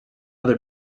other